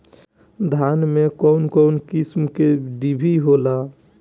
धान में कउन कउन किस्म के डिभी होला?